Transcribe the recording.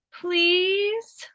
Please